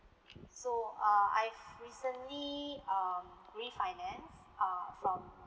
so uh I've recently um refinance uh from